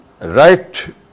right